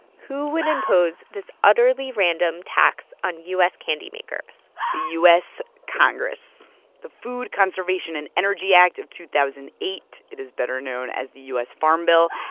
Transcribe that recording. who would impose this utterly random tax on u s. candy makers? the u s. congress the food conservation and energy act of two thousand and eight. it is better known as the u s. farm bill.